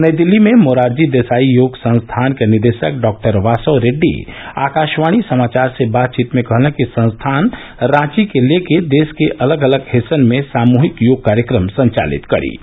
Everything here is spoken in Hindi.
नई दिल्ली में मोरारजी देसाई योग संस्थान के निदेशक डॉ वासव रेड्डी ने आकाशवाणी समाचार से बातचीत में कहा कि संस्थान रांची सहित देश के विभिन्न भागों में सामूहिक योग कार्यक्रम संचालित करेगा